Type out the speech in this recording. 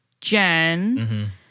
Jen